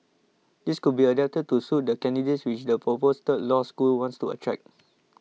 these could be adapted to suit the candidates which the proposed third law school wants to attract